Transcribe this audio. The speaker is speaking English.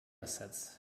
sets